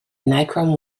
nichrome